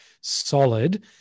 solid